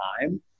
time